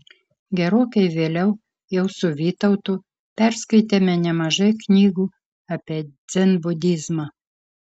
gerokai vėliau jau su vytautu perskaitėme nemažai knygų apie dzenbudizmą